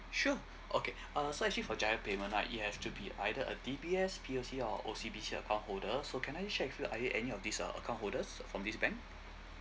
sure okay uh so actually for GIRO payment right you have to be either a D_B_S P_O_C or O_C_B_C account holder so can I just check with you are you any of these uh account holders from these banks